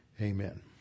amen